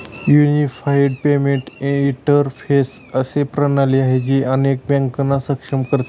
unified payment interface अशी प्रणाली आहे, जी अनेक बँकांना सक्षम करते